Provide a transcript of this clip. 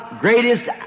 greatest